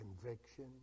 conviction